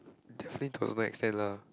definitely to a certain extent lah